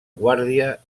guàrdia